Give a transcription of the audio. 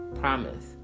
Promise